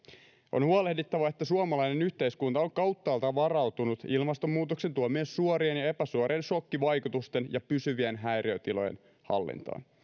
on huolehdittava että suomalainen yhteiskunta on kauttaaltaan varautunut ilmastonmuutoksen tuomien suorien ja epäsuorien sokkivaikutusten ja pysyvien häiriötilojen hallintaan